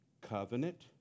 Covenant